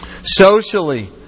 Socially